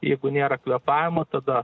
jeigu nėra kvėpavimo tada